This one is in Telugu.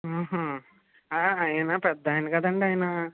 ఆయన పెద్దాయన కదండీ ఆయన